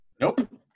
Nope